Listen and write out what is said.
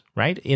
right